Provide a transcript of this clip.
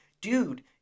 Dude